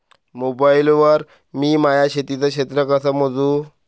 Mobile वर मी माया शेतीचं क्षेत्र कस मोजू?